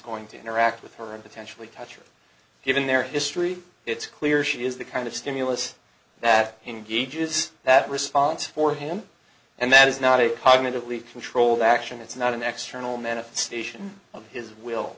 going to interact with her and potentially touch or given their history it's clear she is the kind of stimulus that engages that response for him and that is not a cognitively controlled action it's not an extreme all manifestation of his will